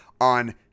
on